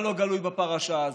ברור.